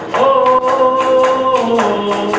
oh!